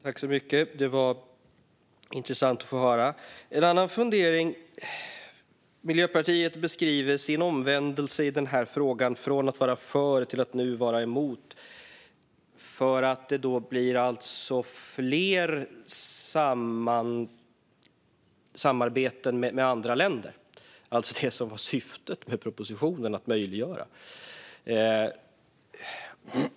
Fru talman! Det var intressant att höra. Jag har en annan fundering. Miljöpartiet beskriver sin omvändelse i frågan, från att vara för till att nu vara emot, utifrån att det blir fler samarbeten med andra länder - alltså det som var syftet att möjliggöra med propositionen.